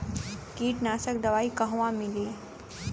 कीटनाशक दवाई कहवा मिली?